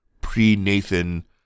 pre-Nathan